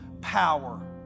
power